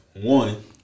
one